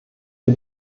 für